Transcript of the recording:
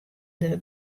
der